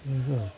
आङो